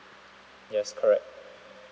yes correct